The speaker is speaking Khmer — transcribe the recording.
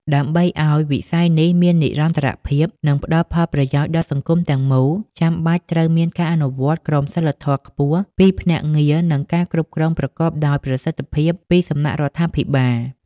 ដើម្បីឲ្យវិស័យនេះមាននិរន្តរភាព និងផ្តល់ផលប្រយោជន៍ដល់សង្គមទាំងមូល ចាំបាច់ត្រូវមានការអនុវត្តក្រមសីលធម៌ខ្ពស់ពីភ្នាក់ងារ និងការគ្រប់គ្រងប្រកបដោយប្រសិទ្ធភាពពីសំណាក់រដ្ឋាភិបាល។